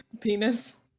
penis